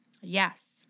Yes